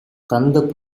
தந்த